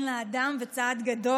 לכן 27 בעד, אין מתנגדים ואין נמנעים.